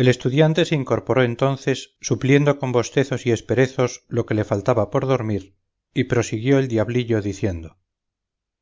el estudiante se incorporó entonces supliendo con bostezos y esperezos lo que le faltaba por dormir y prosiguió el diablillo diciendo